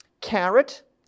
carrot